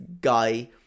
guy